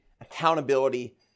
accountability